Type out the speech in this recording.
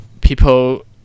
people